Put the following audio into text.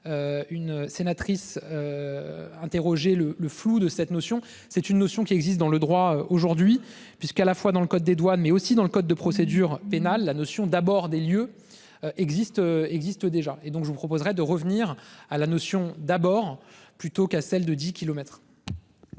Une sénatrice. Interrogé le le flou de cette notion, c'est une notion qui existe dans le droit aujourd'hui puisqu'à la fois dans le code des douanes mais aussi dans le code de procédure pénale, la notion d'abord des lieux. Existe existe déjà et donc je vous proposerai de revenir à la notion d'abord plutôt qu'à celle de 10